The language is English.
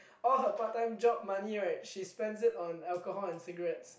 all her part time job money right she spends it on alcohol and cigarettes